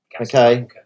Okay